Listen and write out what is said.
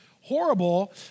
horrible